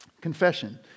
Confession